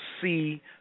see